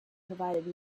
provided